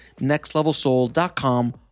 nextlevelsoul.com